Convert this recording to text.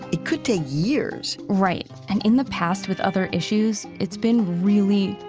it could take years right. and in the past with other issues, it's been really,